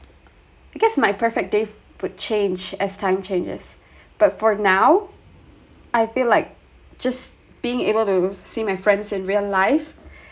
my perfect day would change as time changes but for now I feel like just being able to see my friends in real life